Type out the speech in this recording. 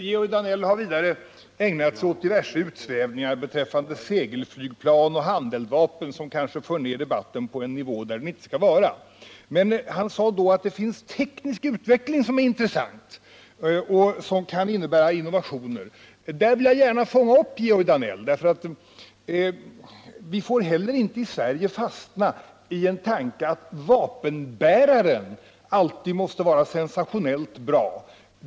Georg Danell har vidare ägnat sig åt utsvävningar beträffande segelflygplan och handeldvapen, som kanske för ned debatten på en nivå där den inte skall hållas. Men han sade att det finns teknisk utveckling som är intressant och som kan innebära innovationer. Där vill jag gärna fånga upp Georg Danell, för vi får heller inte i Sverige fastna i någon tanke att vapenbäraren alltid måste vara sensationellt bra.